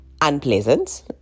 unpleasant